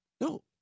No